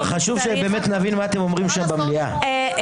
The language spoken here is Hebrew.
אין, אין.